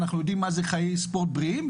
אנחנו יודעים מה זה חיי ספורט בריאים,